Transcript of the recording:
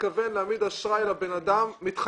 מתחייב להעמיד אשראי לבן אדם.